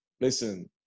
Listen